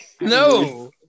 No